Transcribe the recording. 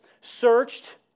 searched